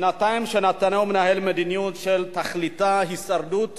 שנתיים שנתניהו מנהל מדיניות שתכליתה הישרדות